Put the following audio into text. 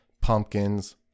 pumpkins